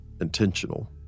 intentional